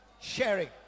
sharing